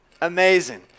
amazing